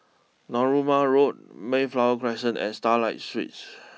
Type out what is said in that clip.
Narooma Road Mayflower Crescent and Starlight Suites